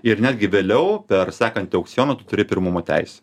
ir netgi vėliau per sekantį aukcioną tu turi pirmumo teisę